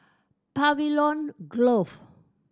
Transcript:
Pavilion Grove